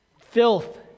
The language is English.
filth